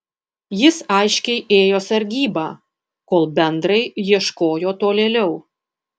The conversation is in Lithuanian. jis aiškiai ėjo sargybą kol bendrai ieškojo tolėliau